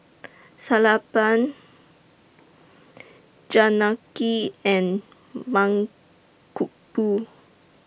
Sellapan Janaki and Mankombu